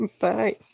Bye